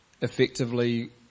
effectively